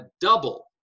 double